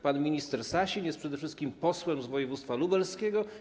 Pan minister Sasin jest przede wszystkim posłem z województwa lubelskiego.